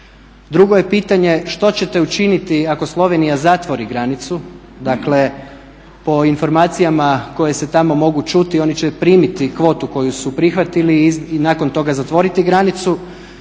Drugo je pitanje što ćete učiniti ako Slovenija zatvori granicu, dakle po informacijama koje se tamo mogu čuti oni će primiti kvotu koju su prihvatili i nakon toga zatvoriti granicu.